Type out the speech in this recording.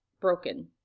broken